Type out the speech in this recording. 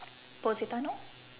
positano